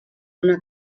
una